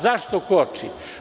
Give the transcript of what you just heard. Zašto koči?